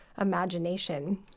imagination